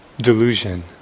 delusion